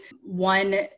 One